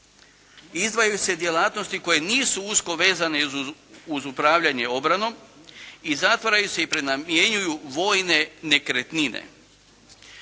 izdvajaju se djelatnosti koje nisu usko vezane uz upravljanje obranom i zatvaraju se i prenamjenjuju vojne nekretnine.